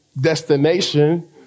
destination